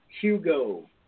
Hugo